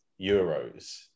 Euros